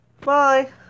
Bye